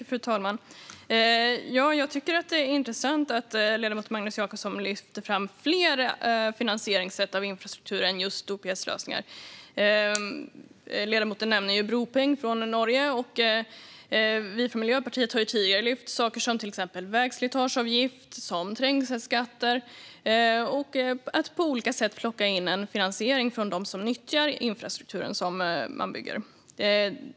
Fru talman! Jag tycker att det är intressant att ledamoten Magnus Jacobsson lyfter fram fler finansieringssätt för infrastruktur än OPS-lösningar. Ledamoten nämnde bombengen i Norge, och vi från Miljöpartiet har tidigare lyft fram saker som vägslitageavgift och trängselskatter och att på olika sätt plocka in finansiering från dem som nyttjar den infrastruktur som byggs.